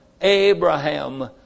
Abraham